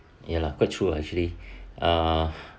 ya lah quite chill ah actually uh